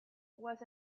was